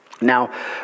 Now